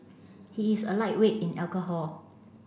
he is a lightweight in alcohol